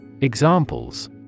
Examples